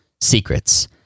Secrets